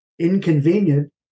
inconvenient